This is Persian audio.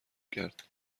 کرد